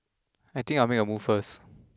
I think I'll make a move first